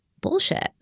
bullshit